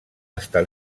estar